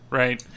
right